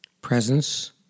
presence